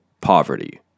poverty